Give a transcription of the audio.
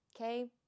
okay